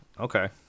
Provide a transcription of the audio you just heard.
Okay